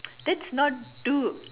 that's not do